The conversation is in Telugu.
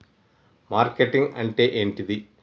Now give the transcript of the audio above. మార్కెటింగ్ అంటే ఏంటిది?